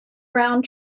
round